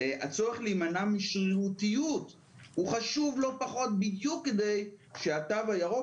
הצורך להימנע משרירותיות הוא חשוב לא פחות בדיוק כדי שהתו הירוק